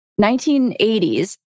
1980s